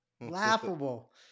laughable